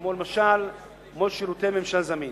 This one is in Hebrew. כמו למשל שירותי ממשל זמין,